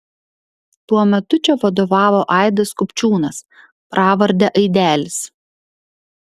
tuo metu čia vadovavo aidas kupčiūnas pravarde aidelis